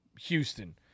Houston